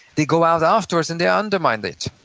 they go out afterwards and they undermine it.